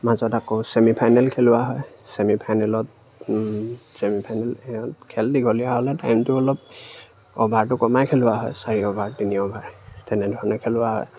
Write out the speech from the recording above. মাজত আকৌ ছেমিফাইনেল খেলোৱা হয় ছেমিফাইনেলত ছেমিফাইনেল সিহঁত খেল দীঘলীয়া হ'লে টাইমটো অলপ অ'ভাৰটো কমাই খেলোৱা হয় চাৰি অভাৰ তিনি অভাৰ তেনেধৰণে খেলোৱা হয়